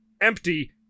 empty